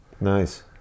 Nice